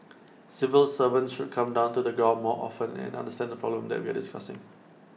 civil servants should come down to the ground more often and understand the problems that we're discussing